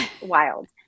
wild